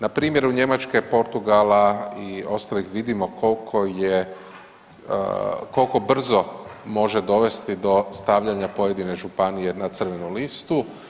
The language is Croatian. Na primjeru Njemačke i Portugala i ostalih vidimo koliko je koliko brzo može dovesti do stavljanja pojedine županije na crvenu listu.